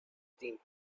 team